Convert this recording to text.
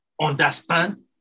understand